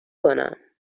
کنم